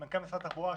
מנכ"ל משרד התחבורה,